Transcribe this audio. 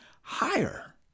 higher